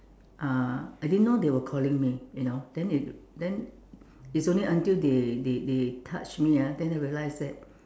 uh I didn't know they were calling me you know then they then it's only until they they they touch me ah then I realised that